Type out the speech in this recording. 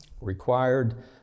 required